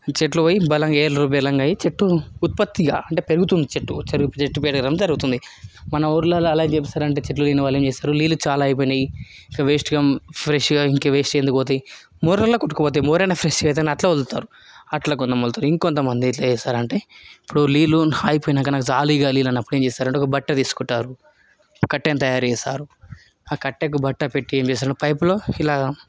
చెట్లో పోయి బలంగా వేర్లు బలంగా అయ్యి చెట్టు ఉత్పత్తిగా అంటే పెరుగుతుంది చెట్టు చెట్టు పెరగడం జరుగుతుంది మన ఊర్లలో అలా ఏం చేస్తారంటే చెట్లు లేని వాళ్ళు ఏం చేస్తారు నీళ్లు చాలా అయిపోయినాయి ఇంకా వేస్ట్గా ఫ్రెష్గా ఇంకా వేస్ట్ ఎందుకు పోతాయి బోర్లలో కొట్టుకుపోతాయి బోర్లు అయినా ఫ్రెష్గా అట్లాగే వదులుతారు అట్లా కొంతమంది వదులుతారు ఇంకొంతమంది అయితే ఏం చేస్తారంటే ఇప్పుడు నీళ్లు అయిపోయినాక నాకు చాలు ఇంక నీళ్లు అన్నప్పుడు ఏం చేస్తారంటే ఒక బట్ట తీసుకుంటారు కట్టెను తయారుచేస్తారు ఆ కట్టెకు బట్ట పెట్టి ఏం చేస్తారంటే పైప్లో ఇలా